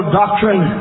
doctrine